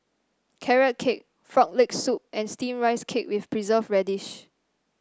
Carrot Cake Frog Leg Soup and steamed Rice Cake with Preserved Radish